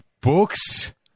books